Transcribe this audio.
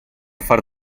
far